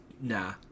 Nah